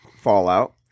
fallout